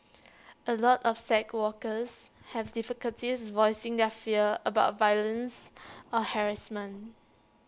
A lot of sex workers have difficulties voicing their fears about violence or harassment